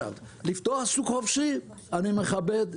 אז לגבי לפתוח שוק חופשי אני מכבד,